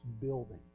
building